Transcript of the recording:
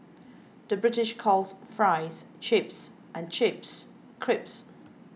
the British calls Fries Chips and Chips Crisps